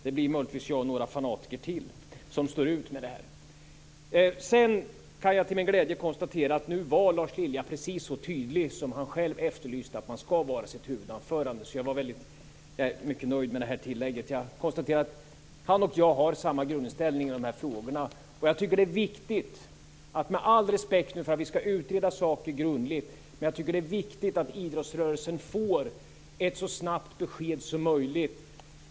Det blir möjligtvis jag och några fanatiker till som står ut med det här. Sedan kan jag till min glädje konstatera att Lars Lilja nu var precis så tydlig som han själv efterlyste att man skulle vara i sitt huvudanförande. Jag är mycket nöjd med det här tillägget. Jag konstaterar att han och jag har samma grundinställning i de här frågorna. Med all respekt för att vi skall utreda saker grundligt tycker jag att det är viktigt att idrottsrörelsen får ett så snabbt besked som möjligt.